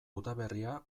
udaberria